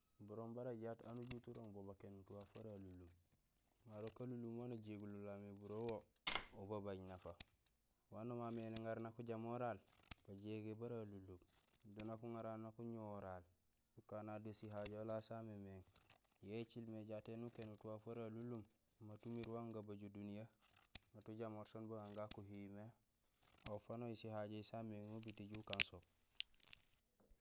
Burooŋ bara jaat aan ujut urooŋ bo bakénut waaf wara alunlum. Marok alunlum waan ajégulolal mé buroowo ubabaj nafa waan nooma mé néŋar nak ujamoral bajégé bara alunlum do nak uŋaral nak uñoworal nakana do sihajohola samémééŋ yo écilmé jaat éni ukénut waaf wara alunlum mat umiir wan nébajul duniya mat ujamoor siin bugaan gakihi mé aw fanahi sihajohi saméŋé ubiit éju ukaan so.